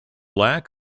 lack